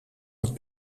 het